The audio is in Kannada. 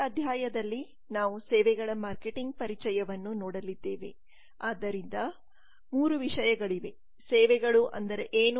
ಈ ಅಧ್ಯಾಯದಲ್ಲಿ ನಾವು ಸೇವೆಗಳ ಮಾರ್ಕೆಟಿಂಗ್ ಪರಿಚಯವನ್ನು ನೋಡಲಿದ್ದೇವೆ ಆದ್ದರಿಂದ 3 ವಿಷಯಗಳಿವೆ ಸೇವೆಗಳು ಅಂದರೆ ಏನು